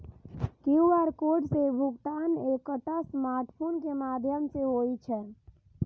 QR code सं भुगतान एकटा स्मार्टफोन के माध्यम सं होइ छै